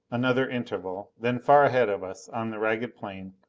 another interval. then far ahead of us on the ragged plain,